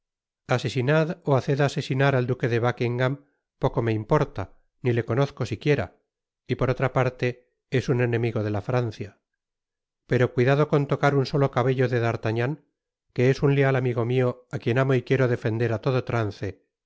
asesinad ó haced asesinar al duque de buckingam poco me importa ni le conozco siquiera y por otra parte es un enemigo de la francia pero cuidado con tocar un solo cabello de d'artagnan que es un leal amigo mio á quien amo y quiero defender á todo trance